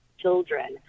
Children